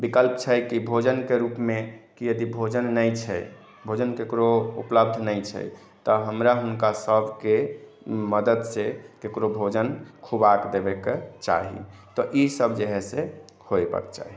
बिकल्प छै कि भोजन के रूप मे कि यदि भोजन नहि छै भोजन केकरो उपलब्ध नहि छै तऽ हमरा हुनका सबके मदद से केकरो भोजन खुवा देबै के चाही तऽ ई सब जे होइ से होयबाक चाही